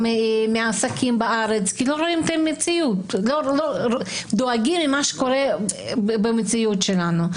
מהעסקים בארץ כי דואגים ממה שקורה במציאות שלנו.